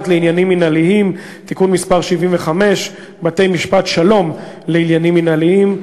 לעניינים מינהליים (תיקון מס' 75) (בתי-משפט שלום לעניינים מינהליים).